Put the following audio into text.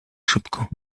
szybko